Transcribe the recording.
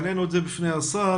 העלינו את זה בפני השר,